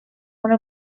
una